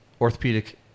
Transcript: Orthopedic